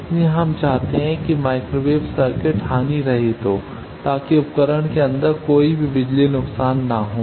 इसलिए हम चाहते हैं कि माइक्रोवेव सर्किट हानिरहित हो ताकि उपकरण के अंदर कोई बिजली नुकसान न हो